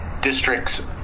district's